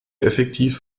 effektiv